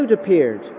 appeared